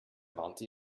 warnte